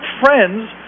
friends